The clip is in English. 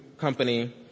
company